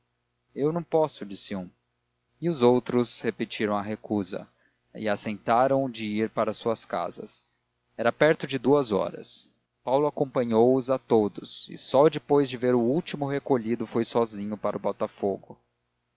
eu não posso disse um os outros repetiram a recusa e assentaram de ir para suas casas era perto de duas horas paulo acompanhou-os a todos e só depois de ver o último recolhido foi sozinho para botafogo